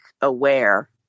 aware